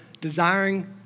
desiring